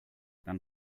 dann